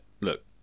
look